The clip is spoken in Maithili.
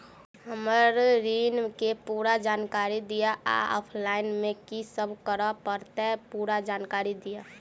हम्मर ऋण केँ पूरा जानकारी दिय आ ऑफलाइन मे की सब करऽ पड़तै पूरा जानकारी दिय?